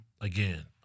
again